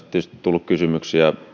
tietysti tullut kysymyksiä